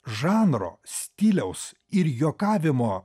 žanro stiliaus ir juokavimo